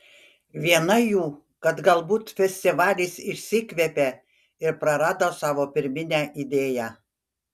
viena jų kad galbūt festivalis išsikvėpė ir prarado savo pirminę idėją